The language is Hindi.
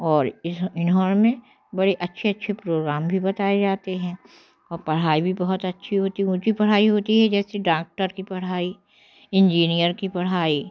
और इस इन्होंने बड़े अच्छे अच्छे प्रोग्राम भी बताए जाते हैं और पढ़ाई भी बहुत अच्छी होती ऊँची पढ़ाई होती है जैसे डाक्टर की पढ़ाई इंजिनियर की पढ़ाई